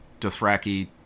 Dothraki